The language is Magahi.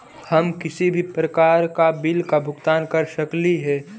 हम किसी भी प्रकार का बिल का भुगतान कर सकली हे?